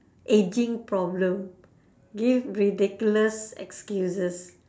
ageing problem give ridiculous excuses